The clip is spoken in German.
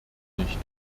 nicht